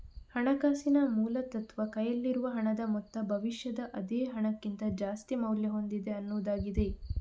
ಹಣಕಾಸಿನ ಮೂಲ ತತ್ವ ಕೈಯಲ್ಲಿರುವ ಹಣದ ಮೊತ್ತ ಭವಿಷ್ಯದ ಅದೇ ಹಣಕ್ಕಿಂತ ಜಾಸ್ತಿ ಮೌಲ್ಯ ಹೊಂದಿದೆ ಅನ್ನುದಾಗಿದೆ